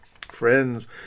Friends